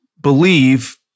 believe